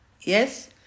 yes